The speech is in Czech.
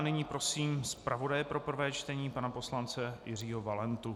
Nyní prosím zpravodaje pro prvé čtení pana poslance Jiřího Valentu.